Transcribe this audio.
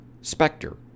Spectre